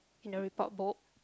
in the report book